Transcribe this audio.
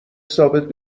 ثابت